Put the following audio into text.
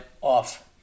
off